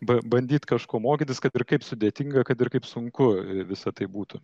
ba bandyt kažko mokytis kad ir kaip sudėtinga kad ir kaip sunku visa tai būtų